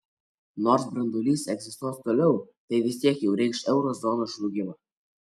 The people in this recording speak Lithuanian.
nors branduolys egzistuos toliau tai vis tiek jau reikš euro zonos žlugimą